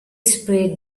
spread